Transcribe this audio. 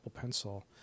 Pencil